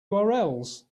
urls